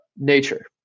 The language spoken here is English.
Nature